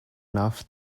enough